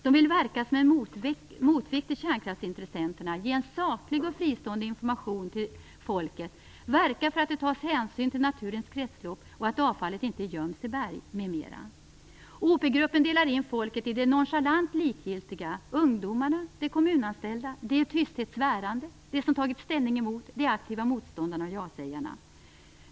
Man vill - verka som en motvikt till kärnkraftsintressenterna, - ge en saklig och fristående information till folket och - verka för att det tas hänsyn till naturens kretslopp, att avfallet inte göms i berg m.m. Op-gruppen delar in folket i de nonchalant likgiltiga, ungdomarna, de kommunanställda, de i tysthet svärande, de som tagit ställning emot, de aktiva motståndarna och jasägarna.